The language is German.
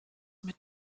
mit